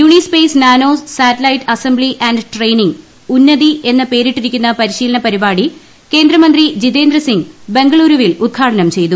Unispace nano satellite assembly and training Unnati എന്ന് പേരിട്ടിരിക്കുന്ന പരിശീലന പരിപാടി കേന്ദ്രമന്ത്രി ജിതേന്ദ്ര സിംഗ് ബംഗളൂരുവിൽ ഉദ്ഘാടനം ചെയ്തു